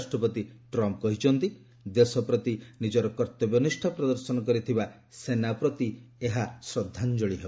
ରାଷ୍ଟ୍ରପତି ଟ୍ରମ୍ମ୍ କହିଛନ୍ତି ଦେଶ ପ୍ରତି ନିଜର କର୍ତ୍ତବ୍ୟ ନିଷ୍ଣା ପ୍ରଦର୍ଶନ କରିଥିବା ସେନା ପ୍ରତି ଏହା ଶ୍ରଦ୍ଧାଞ୍ଜଳୀ ହେବ